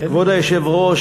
כבוד היושב-ראש,